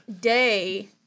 day